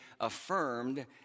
affirmed